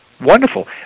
Wonderful